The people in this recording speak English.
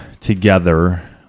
together